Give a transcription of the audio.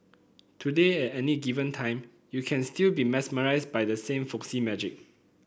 today any given time you can still be mesmerised by the same folksy magic